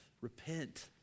repent